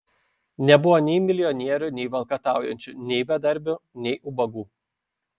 nebuvo nei milijonierių nei valkataujančių nei bedarbių nei ubagų